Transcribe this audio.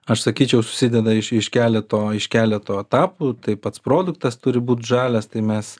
aš sakyčiau susideda iš iš keleto iš keleto etapų tai pats produktas turi būt žalias tai mes